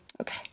Okay